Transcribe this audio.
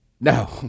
no